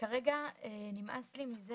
שכרגע נמאס לי מזה